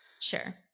Sure